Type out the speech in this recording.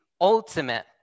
ultimate